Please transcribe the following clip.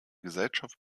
gesellschaft